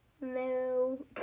No